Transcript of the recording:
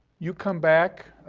you come back,